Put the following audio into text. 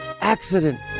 accident